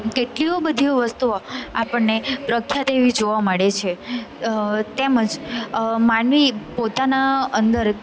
કેટલીઓ બધીઓ વસ્તુઓ આપણને પ્રખ્યાત એવી જોવા મળે છે તેમજ માનવી પોતાના અંદર